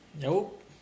Nope